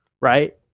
right